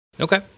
okay